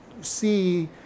see